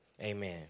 Amen